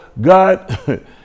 God